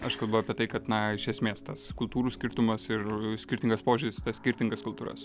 aš kalbu apie tai kad na iš esmės tas kultūrų skirtumas ir skirtingas požiūris į tas skirtingas kultūras